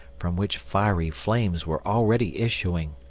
from which fiery flames were already issuing.